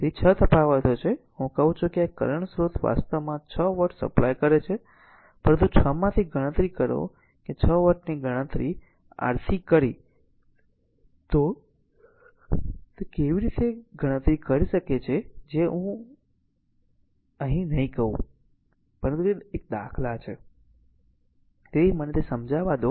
તેથી 6 તફાવતો છે હું કહું છું કે આ કરંટ સ્રોત વાસ્તવમાં 6 વોટ સપ્લાય કરે છે પરંતુ 6 માંથી ગણતરી કરો કે જો 6 વોટની ગણતરી r થી કરી તો તે કેવી રીતે ગણતરી કરી શકે છે જે હું અહીં નહીં કહું પરંતુ તે એક દાખલા છે તેથી મને આ સમજાવા દો